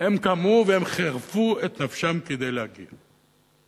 הם כמהו והם חירפו את נפשם כדי להגיע אליו.